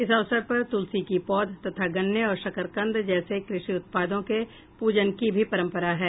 इस अवसर पर तुलसी की पौध तथा गन्ने और शक्करकंद जैसे कृषि उत्पादों के प्रजन की भी परंपरा है